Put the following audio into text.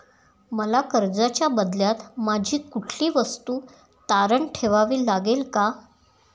मला कर्जाच्या बदल्यात माझी कुठली वस्तू तारण ठेवावी लागेल का?